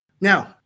now